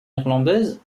irlandaise